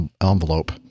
envelope